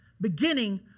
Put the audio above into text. beginning